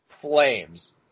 flames